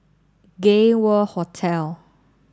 Gay World Hotel